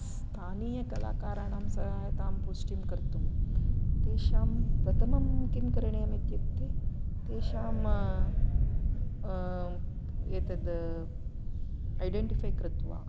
स्थानीयकलाकारानां सहायतां पुष्टिं कर्तुं तेषां प्रथमं किं करणीयम् इत्युक्ते तेषां एतद् ऐडेन्टिफै कृत्वा